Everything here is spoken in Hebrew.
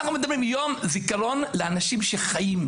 אנחנו מדברים על יום זיכרון לאנשים שחיים,